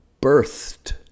birthed